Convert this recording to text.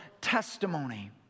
testimony